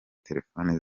telefoni